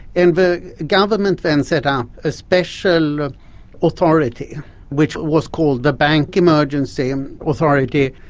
and the government then set up a special authority which was called the bank emergency um authority,